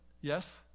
Yes